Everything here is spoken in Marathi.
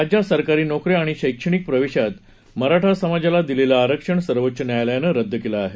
राज्यात सरकारी नोकऱ्या आणि शैक्षणिक प्रवेशात मराठा समाजाला दिलेलं आरक्षण सर्वोच्च न्यायालयानं रद्द केलं आहे